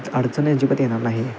अडचणी अजिबात येणार नाही